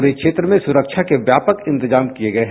पूरे क्षेत्र में सुरक्षा के व्यापक इंतजाम किये गये हैं